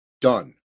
done